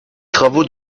travaux